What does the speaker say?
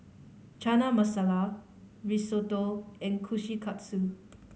Chana Masala Risotto and Kushikatsu